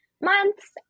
months